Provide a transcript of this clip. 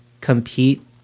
compete